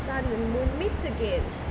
son and moon meet again